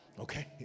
Okay